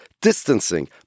distancing